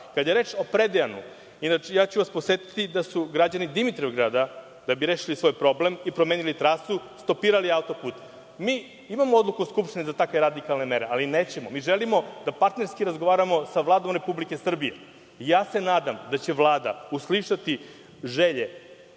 je reč o Predejanima, inače, ću vas podsetiti da su građani Dimitrovgrada da bi rešili svoj problem i promenili trasu stopirali auto-put. Mi imamo odluku Skupštine za takve radikalne mere, ali nećemo. Mi želimo da partnerski razgovaramo sa Vladom Republike Srbije. Nadam se da će Vlada uslišiti želje